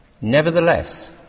Nevertheless